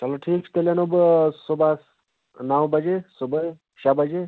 چلو ٹھیٖک چھُ تیٚلہِ انو بہٕ صُبحس نَو بَجے صُبحٲے شےٚ بَجے